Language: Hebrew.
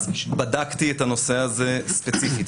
בדקתי את הנושא הזה ספציפית,